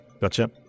Gotcha